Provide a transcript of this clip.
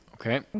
Okay